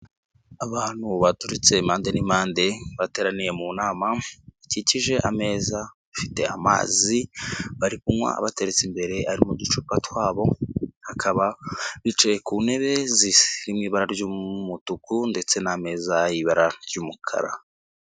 Abantu baturirutse impande n'impande bateraniye mu nama, bakikije ameza bafite amazi bari kunywa abateretse imbere ari mu ducupa twabo, akaba bicaye ku ntebe ziri mu ibara ry'umutuku ndetse n'ameza y'ibara ry'umukara.